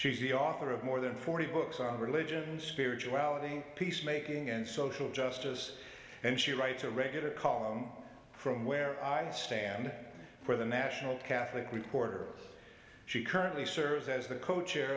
she's the author of more than forty books on religion spirituality peace making and social justice and she writes a regular column from where i stand for the national catholic reporter she currently serves as the co chair